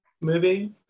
movie